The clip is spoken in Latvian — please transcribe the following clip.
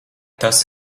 tas